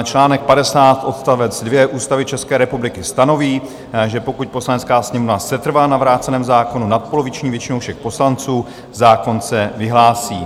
Článek 50 odstavec 2 Ústavy České republiky stanoví, že pokud Poslanecká sněmovna setrvá na vráceném zákonu nadpoloviční většinou všech poslanců, zákon se vyhlásí.